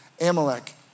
Amalek